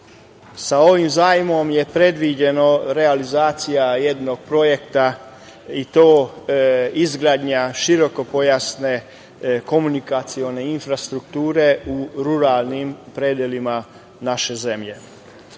Sa ovim zajmom je predviđena realizacija jednog projekta i to izgradnja širokopojasne komunikacione infrastrukture u ruralnim predelima naše zemlje. Ugovor